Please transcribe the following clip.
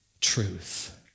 truth